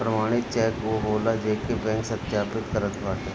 प्रमाणित चेक उ होला जेके बैंक सत्यापित करत बाटे